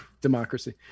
Democracy